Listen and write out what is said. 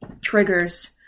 triggers